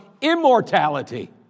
immortality